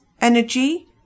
energy